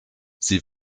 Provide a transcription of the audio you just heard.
sie